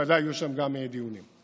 וודאי יהיו גם שם דיונים.